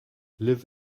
live